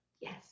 Yes